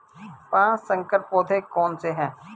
पाँच संकर पौधे कौन से हैं?